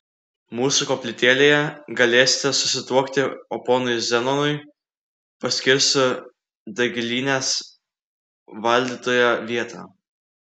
mūsų koplytėlėje galėsite susituokti o ponui zenonui paskirsiu dagilynės valdytojo vietą